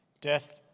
Death